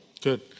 Good